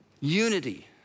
unity